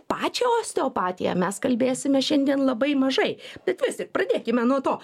pačią osteopatiją mes kalbėsime šiandien labai mažai bet vis tik pradėkime nuo to